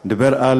דיבר על